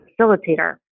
facilitator